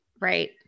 right